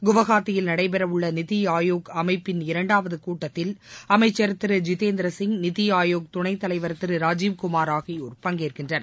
குவஹாத்தியில் நடைபெறவுள்ள நித்தி ஆயோக் அமைப்பின் இரண்டாவது கூட்டத்தில் அமைச்சர் திரு ஜித்தேந்திர சிங் நித்தி ஆயோக் துணைத் தலைவர் திரு ராஜீவ்குமார் ஆகியோர் பங்கேற்கின்றனர்